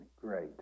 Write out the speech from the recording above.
Great